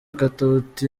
katauti